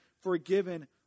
forgiven